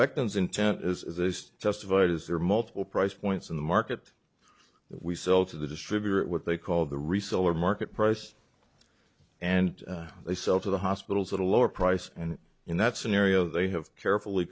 those intent is justified as there are multiple price points in the market we sell to the distributor what they call the reseller market price and they sell to the hospitals at a lower price and in that scenario they have carefully